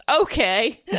Okay